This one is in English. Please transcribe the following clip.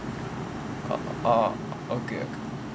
orh okay okay